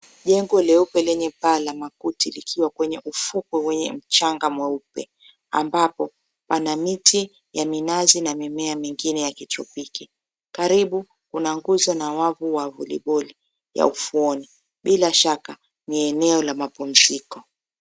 Jengo leupe lenye paa la makuti likiwa kwenye ufukwe wenye mchanga mweupe ambapo pana miti 𝑦𝑎 minazi na mimea mingine ya kitropiki, karibu kuna nguzo na wavu wa voliboli wa ufuoni bila shaka ni eneo la mapumziko.